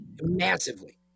massively